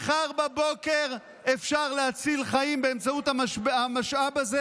מחר בבוקר אפשר להציל חיים באמצעות המשאב הזה